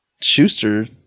Schuster